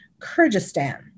Kyrgyzstan